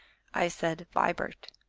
i said, vibart!